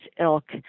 ilk